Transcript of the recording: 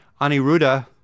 Aniruda